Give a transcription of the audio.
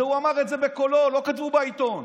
הוא אמר את זה בקולו, לא כתבו בעיתון.